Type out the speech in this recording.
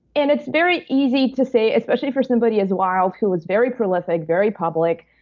and it's very easy to say especially for somebody as wilde who was very prolific, very public,